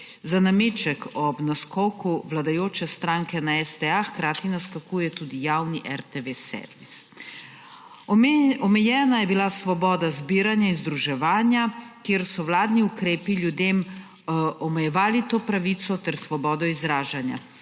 Za nameček ob naskoku vladajoče stranke na STA hkrati naskakuje tudi javni servis RTV. Omejena je bila svoboda zbiranja in združevanja, kjer so vladni ukrepi ljudem omejevali to pravico ter svobodo izražanja.